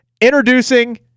introducing